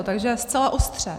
Takže zcela ostře.